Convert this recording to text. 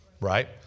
Right